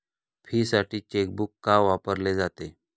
फीसाठी चेकबुक का वापरले जाते?